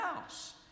house